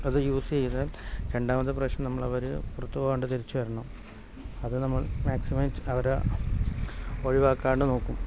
അത് യൂസ് ചെയ്താൽ രണ്ടാമത്തെ പ്രാവശ്യം നമ്മൾ അവർ പുറത്തു പോകാണ്ട് തിരിച്ചു വരണം അത് നമ്മൾ മാക്സിമം അവരെ ഒഴിവാക്കാണ്ട് നോക്കും